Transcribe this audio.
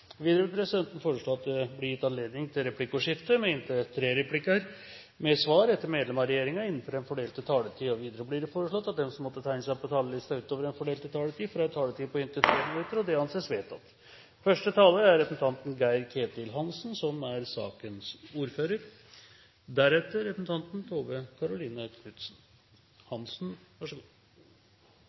Videre vil presidenten foreslå at det gis anledning til replikkordskifte på inntil tre replikker med svar etter innlegg fra medlem av regjeringen innenfor den fordelte taletid. Videre blir det foreslått at de som måtte tegne seg på talerlisten utover den fordelte taletid, får en taletid på inntil 3 minutter. – Det anses vedtatt. For Høyre er utgangspunktet for all velferdspolitikk at man trenger aktivitet, og gjerne aktivitet fra så tidlig av som